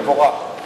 תבורך.